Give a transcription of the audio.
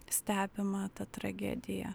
stebi mato tragediją